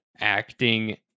acting